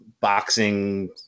boxing